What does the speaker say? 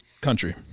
country